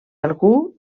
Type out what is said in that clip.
algú